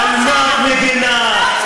על מה את מגינה?